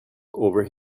over